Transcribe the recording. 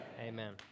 Amen